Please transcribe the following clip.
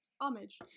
homage